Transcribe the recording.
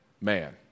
man